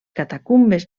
catacumbes